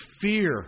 fear